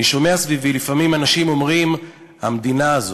אני שומע סביבי לפעמים אנשים אומרים "המדינה הזאת",